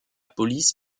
police